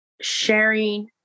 Sharing